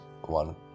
one